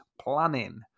planning